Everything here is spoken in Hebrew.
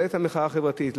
לעת המחאה החברתית,